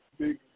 big